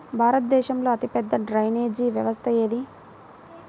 భారతదేశంలో అతిపెద్ద డ్రైనేజీ వ్యవస్థ ఏది?